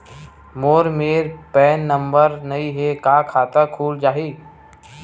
मोर मेर PAN number नई हे का खाता खुल जाही?